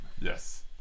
Yes